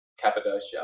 Cappadocia